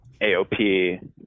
AOP